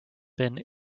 been